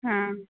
हाँ